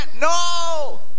no